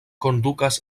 kondukas